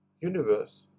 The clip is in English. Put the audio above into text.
universe